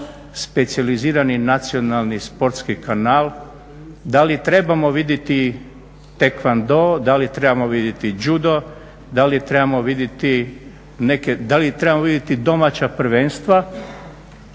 specijalizirani nacionalni sportski kanal, da li trebamo vidjeti tae kwon do, da li trebamo vidjeti judo, da li trebamo vidjeti domaća prvenstva